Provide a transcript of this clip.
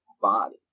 body